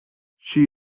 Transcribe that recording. she